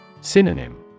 Synonym